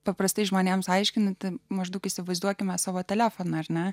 paprastais žmonėms aiškinant maždaug įsivaizduokime savo telefoną